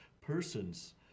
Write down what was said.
persons